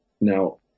now